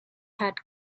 had